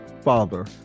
father